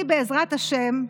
אני, בעזרת השם,